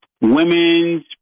Women's